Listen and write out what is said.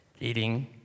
eating